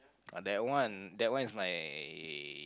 ah that one that one is my